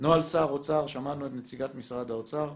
נוהל שר האוצר שמענו את נציגת משרד האוצר.